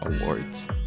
awards